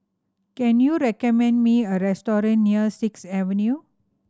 can you recommend me a restaurant near Sixth Avenue